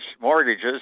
mortgages